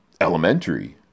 Elementary